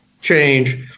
change